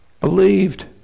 believed